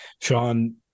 Sean